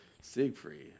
Siegfried